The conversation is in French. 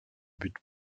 buts